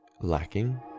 lacking